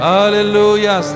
Hallelujah